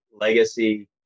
legacy